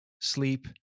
sleep